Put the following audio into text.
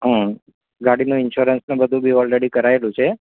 હમ્મ ગાડીનો ઇન્સયોરન્સ ને બધું બી ઓલરેડી કરાવેલું છે